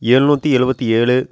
எழுநூற்றி எழுபத்தி ஏழு